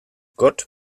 gott